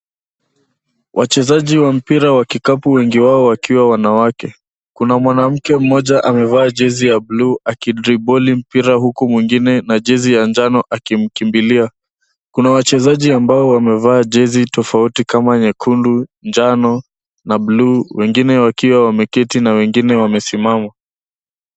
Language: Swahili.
Wachezaji wa mpira wa kikapu wengi wao wakiwa wanawake. Kuna mwanamke mmoja amevaa jezi ya buluu akidriboli mpira huku mwingine na jezi ya njano akimkimbilia. Kuna wachezaji ambao wamevaa jezi tofauti kama nyekundu, njano na buluu wengine wakiwa wameketi na wengine wamesimama.